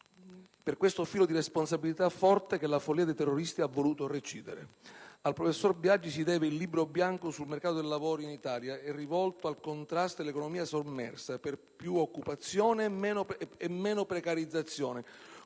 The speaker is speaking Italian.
È questo filo di responsabilità forte che la follia dei terroristi ha voluto recidere. Al professor Biagi si deve il Libro bianco sul mercato del lavoro in Italia e rivolto al contrasto dell'economia sommersa, per più occupazione e meno precarizzazione,